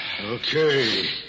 Okay